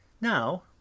now